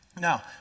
Now